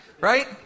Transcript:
right